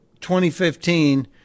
2015